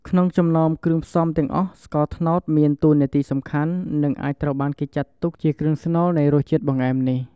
ក្នុងចំណោមគ្រឿងផ្សំទាំងអស់ ស្ករត្នោត មានតួនាទីសំខាន់ និងអាចត្រូវបានគេចាត់ទុកជាគ្រឿងស្នូលនៃរសជាតិបង្អែមនេះ។